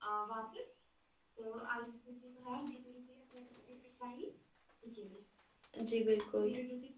جی بِلکُل